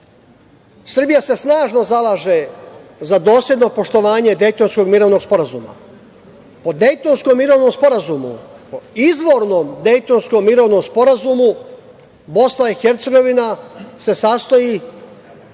se snažno zalaže za dosledno poštovanje Dejtonskog mirovnog sporazuma. O Dejtonskom mirovnom sporazumu, izvornom Dejtonskom mirovnom sporazumu BiH se sastoji